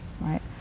right